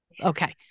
Okay